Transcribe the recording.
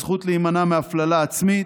הזכות להימנע מהפללה עצמית,